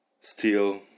steel